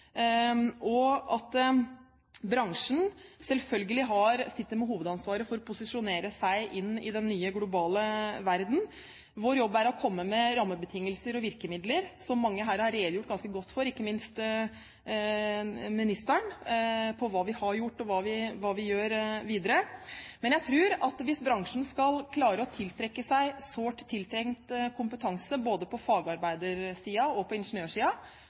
nye globale verden. Vår jobb er å komme med rammebetingelser og virkemidler, og mange her, ikke minst ministeren, har redegjort ganske godt for hva vi har gjort, og hva vi gjør videre. Men jeg tror at hvis bransjen skal klare å tiltrekke seg sårt tiltrengt kompetanse både på fagarbeidersiden og på